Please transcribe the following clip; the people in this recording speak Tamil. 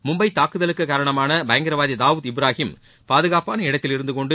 மும்பை தாக்குதலுக்கு காரணமான பயங்கரவாதி தாவூத் இப்ராஹிம் பாதுகாப்பாள இடத்தில் இருந்துகொண்டு